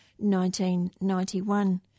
1991